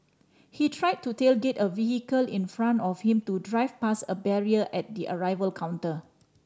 he tried to tailgate a vehicle in front of him to drive past a barrier at the arrival counter